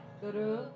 guru